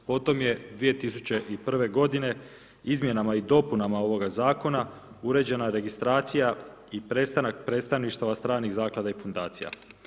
Potom je 2001. g. izmjenama i dopunama ovoga zakona, uređena registracija i prestanak predstavništava stranih zaklada i fundacija.